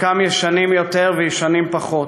ישנים יותר וישנים פחות,